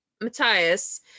Matthias